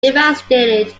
devastated